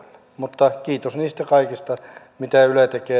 mutta kiitos niistä kaikista mitä yle tekee